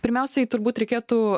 pirmiausiai turbūt reikėtų